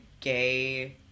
gay